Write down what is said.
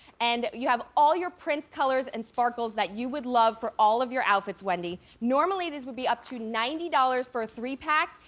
and you have all your prints, colors and sparkles that you would love for all of your outfits, wendy. normally this would be up to ninety dollars for a three pack,